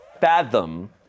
fathom